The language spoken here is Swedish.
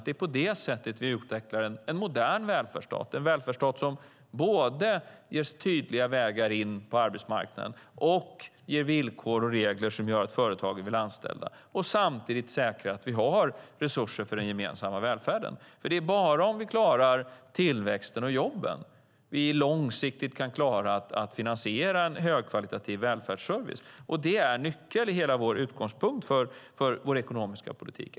Det är på det sättet vi utvecklar en modern välfärdsstat, en välfärdsstat som både ger tydliga vägar in på arbetsmarknaden och ger villkor och regler som gör att företag vill anställa och samtidigt säkrar att vi har resurser för den gemensamma välfärden. Det är bara om vi klarar tillväxten och jobben som vi långsiktigt kan klara av att finansiera en högkvalitativ välfärdsservice. Det är nyckeln och utgångspunkten i vår ekonomiska politik.